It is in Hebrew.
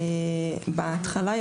בהתחלה,